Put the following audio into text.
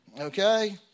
Okay